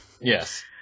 Yes